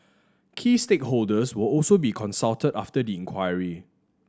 key stakeholders will also be consulted after the inquiry